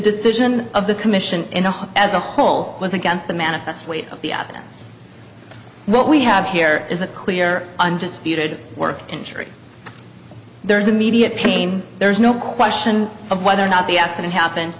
decision of the commission enough as a whole was against the manifest weight of the other what we have here is a clear undisputed work injury there's immediate pain there's no question of whether or not the accident happened